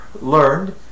learned